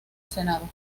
senado